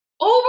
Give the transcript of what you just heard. over